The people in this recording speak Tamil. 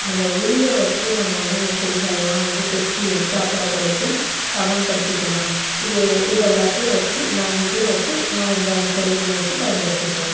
அந்த உளிய வச்சே நம்ம வந்து அந்த செடிங்கல்லாம் வந்து கொத்தி எடுத்து அப்புற படுத்தி சமன் படுத்திக்கலாம் இது இதை எல்லாத்தயும் வச்சு இந்த அஞ்சுத்தயும் வச்சு நான் இந்த அஞ்சு கருவிகளையும் வச்சு பயன் படுத்திக்கலாம்